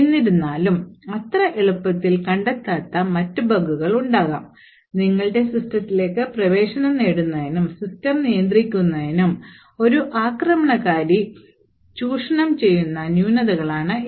എന്നിരുന്നാലും അത്ര എളുപ്പത്തിൽ കണ്ടെത്താത്ത മറ്റ് ബഗുകൾ ഉണ്ടാകാം നിങ്ങളുടെ സിസ്റ്റത്തിലേക്ക് പ്രവേശനം നേടുന്നതിനും സിസ്റ്റം നിയന്ത്രിക്കുന്നതിനും ഒരു ആക്രമണകാരി ചൂഷണം ചെയ്യുന്ന ന്യൂനതകളാണ് ഇവ